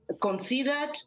considered